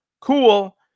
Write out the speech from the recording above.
cool